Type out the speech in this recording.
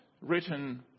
written